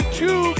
two